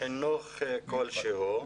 חינוך כלשהו.